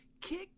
kick